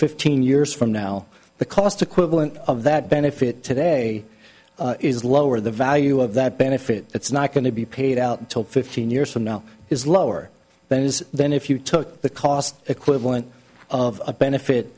years from now the cost equivalent of that benefit today is lower the value of that benefit it's not going to be paid out until fifteen years from now is lower than it is then if you took the cost equivalent of a benefit